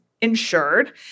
insured